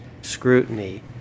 scrutiny